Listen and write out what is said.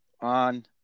on